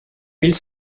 mille